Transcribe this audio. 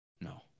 No